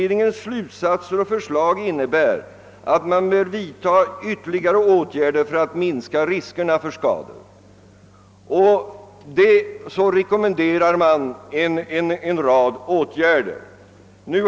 Dessa innebär att man bör vidta ytterligare åtgärder för att minska riskerna för skador, och man rekommenderar en rad sådana åtgärder.